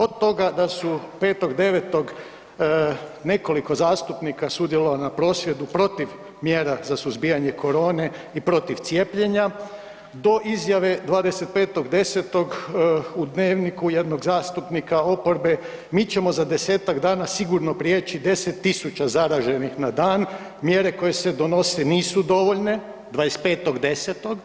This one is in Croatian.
Od toga da su 5.9. nekoliko zastupnika sudjelovalo na prosvjedu protiv mjera za suzbijanje korone i protiv cijepljenja, do izjave 25.10. u Dnevniku jednog zastupnika oporbe, mi ćemo za 10-tak dana sigurno prijeći 10 tisuća zaraženih na dan, mjere koje se donose nisu dovoljne, 25.10.